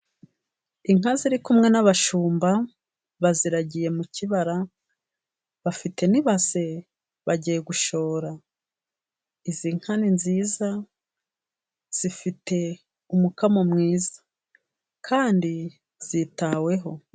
Inka ziri kumwe n'abashumba baziragiye mu kibara , bafite n'ibase bagiye gushora izi nka ni nziza zifite umukamo mwiza kandi zitaweho.